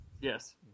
Yes